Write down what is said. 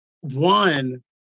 one